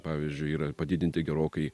pavyzdžiui yra padidinti gerokai